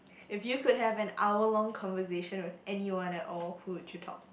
if you could have an hour long conversation with anyone at all who would you talk to